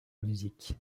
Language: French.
musique